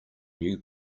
new